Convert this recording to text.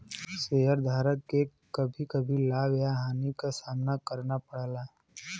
शेयरधारक के कभी कभी लाभ या हानि क सामना करना पड़ला